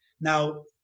Now